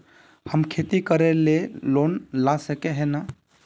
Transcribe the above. हम खेती करे ले लोन ला सके है नय?